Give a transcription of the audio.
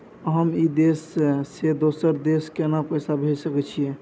हम ई देश से दोसर देश केना पैसा भेज सके छिए?